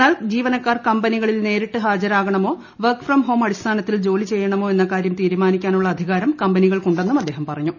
എന്നാൽ ജീവനക്കാർ കമ്പനികളിൽ നേരിട്ട് ഹരാജരാകണമോ വർക്ക് ഫ്രം ഹോം അടിസ്ഥാനത്തിൽ ജോലി ചെയ്യണമോ എന്ന കാര്യം തീരുമാനിക്കാനുള്ള അധികാരം കമ്പനികൾക്കുണ്ടെന്നും അദ്ദേഹം പറഞ്ഞു